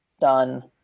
done